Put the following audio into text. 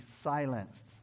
silenced